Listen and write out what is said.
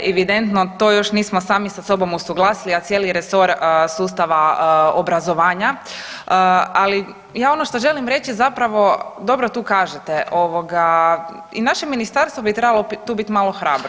Evidentno to još nismo sami sa sobom usuglasili, a cijeli resor sustava obrazovanja, ali ja ono što želim reći je zapravo dobro tu kažete ovoga i naše ministarstvo bi trebalo tu bit malo hrabro.